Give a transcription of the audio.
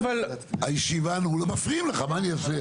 אבל --- מפריעים לך, מה אני אעשה?